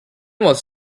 was